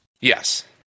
Yes